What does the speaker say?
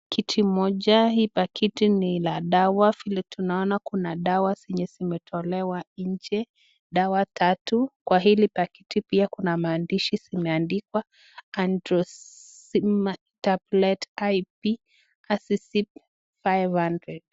Pakiti moja. Hii pakiti ni ya dawa vile tunaona kuna dawa zimetolewa nje. Dawa tatu . Kwa hili pakiti pia kuna maandishi zilizoandikwa Azithromycin Tablets IP AZICIP-500